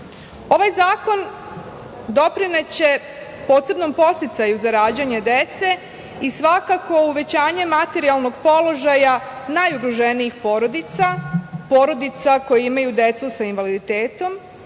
zakon doprineće posebnom podsticaju za rađanje dece i svakako uvećanje materijalnog položaja najugroženijih porodica, porodica koje imaju decu sa invaliditetom